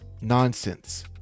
nonsense